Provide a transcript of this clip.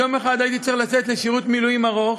יום אחד הייתי צריך לצאת לשירות מילואים ארוך.